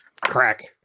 Crack